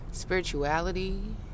Spirituality